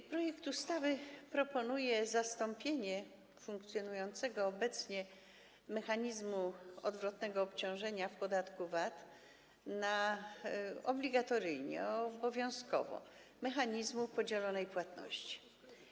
W projekcie ustawy proponuje się zastąpienie funkcjonującego obecnie mechanizmu odwrotnego obciążenia w podatku VAT obligatoryjnym, obowiązkowym mechanizmem podzielonej płatności.